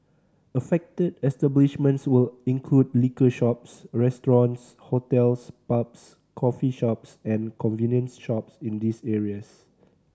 affected establishments will include liquor shops restaurants hotels pubs coffee shops and convenience shops in these areas